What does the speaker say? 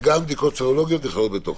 שגם בדיקות סרולוגיות נכללות בתוכו.